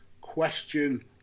question